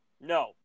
no